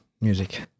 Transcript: music